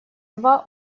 два